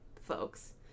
folks